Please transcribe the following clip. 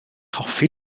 hoffi